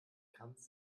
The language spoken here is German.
kranz